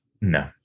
no